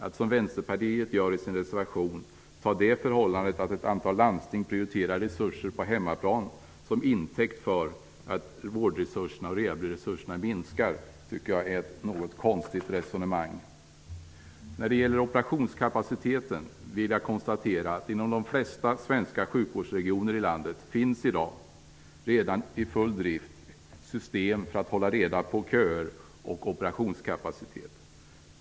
Att som Vänsterpartiet gör i sin reservation ta det förhållandet att ett antal landsting prioriterar resurser på hemmaplan som intäkt för att vårdresurserna och rehabiliteringsresurserna minskar tycker jag är ett något konstigt resonemang. När det gäller operationskapaciteten vill jag konstatera att det inom de flesta svenska sjukvårdsregioner i dag redan finns ett system i full drift för att hålla reda på köer och operationskapacitet.